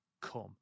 come